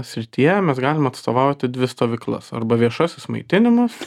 srityje mes galim atstovauti dvi stovyklas arba viešasis maitinimas